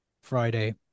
Friday